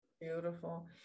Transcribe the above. Beautiful